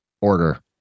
order